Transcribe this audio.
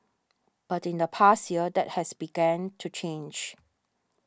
but in the past year that has begun to change